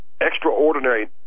extraordinary